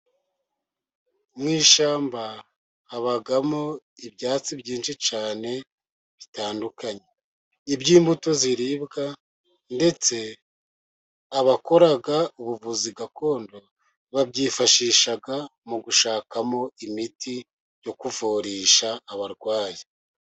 Mu ishyamba habamo ibyatsi byinshi cyane bitandukanye, iby'imbuto ziribwa ,ndetse abakora ubuvuzi gakondo babyifashisha mu gushakamo imiti yo kuvurisha abarwayi.